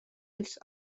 ells